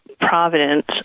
Providence